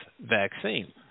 vaccine